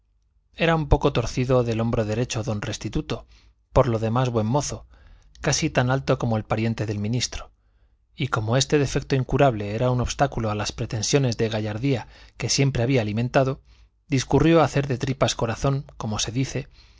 era un poco torcido del hombro derecho don restituto por lo demás buen mozo casi tan alto como el pariente del ministro y como este defecto incurable era un obstáculo a las pretensiones de gallardía que siempre había alimentado discurrió hacer de tripas corazón como se dice